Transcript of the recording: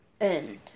End